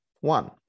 one